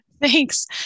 Thanks